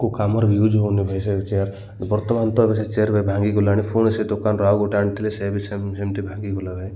କେଉଁ କାମରେ ୟୁଜ ହଉନି ଭାଇ ସେ ଚେୟାର ବର୍ତ୍ତମାନ ତ ବି ସେ ଚେୟାର ଭାଙ୍ଗିଗଲାଣି ପୁଣି ସେ ଦୋକାନରୁ ଆଉ ଗୋଟେ ଆଣିଥିଲେ ସେ ବି ସେମିତି ଭାଙ୍ଗିଗଲା ଭାଇ